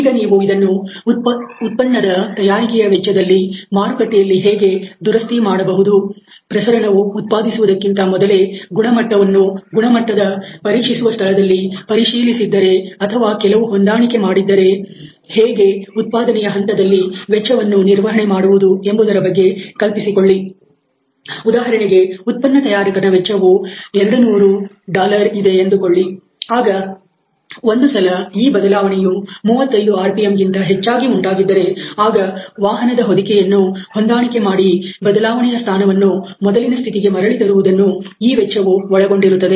ಈಗ ನೀವು ಇದನ್ನು ಉತ್ಪನ್ನದ ತಯಾರಿಕೆಯ ವೆಚ್ಚದಲ್ಲಿ ಮಾರುಕಟ್ಟೆಯಲ್ಲಿ ಹೇಗೆ ದುರಸ್ತಿ ಮಾಡಬಹುದು ಪ್ರಸರಣವು ಉತ್ಪಾದಿಸುವುದಕ್ಕಿಂತ ಮೊದಲೇಗುಣಮಟ್ಟವನ್ನು ಗುಣಮಟ್ಟದ ಪರೀಕ್ಷಿಸುವ ಸ್ಥಳದಲ್ಲಿ ಪರಿಶೀಲಿಸಿದ್ದರೆ ಅಥವಾ ಕೆಲವು ಹೊಂದಾಣಿಕೆ ಮಾಡಿದ್ದರೆ ಹೇಗೆ ಉತ್ಪಾದನೆಯ ಹಂತದಲ್ಲಿ ವೆಚ್ಚವನ್ನು ನಿರ್ವಹಣೆ ಮಾಡುವುದು ಎಂಬುದರ ಬಗ್ಗೆ ಕಲ್ಪಿಸಿಕೊಳ್ಳಿ ಉದಾಹರಣೆಗೆ ಉತ್ಪನ್ನ ತಯಾರಕನ ವೆಚ್ಚವು 200 ಇದೆ ಎಂದುಕೊಳ್ಳಿ ಆಗ ಒಂದು ಸಲ ಈ ಬದಲಾವಣೆಯು 35 ಆರ್ ಪಿ ಎಂ ಗಿಂತ ಹೆಚ್ಚಾಗಿ ಉಂಟಾಗಿದ್ದರೆ ಆಗ ವಾಹನದ ಹೊದಿಕೆಯನ್ನು ಹೊಂದಾಣಿಕೆ ಮಾಡಿ ಬದಲಾವಣೆಯ ಸ್ಥಾನವನ್ನು ಮೊದಲಿನ ಸ್ಥಿತಿಗೆ ಮರಳಿ ತರುವುದನ್ನು ಈ ವೆಚ್ಚವು ಒಳಗೊಂಡಿರುತ್ತದೆ